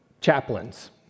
chaplains